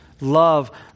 love